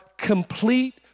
complete